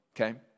Okay